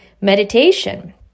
meditation